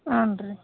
ಹ್ಞೂಂ ರೀ